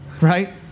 right